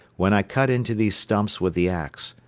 when i cut into these stumps with the ax,